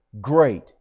Great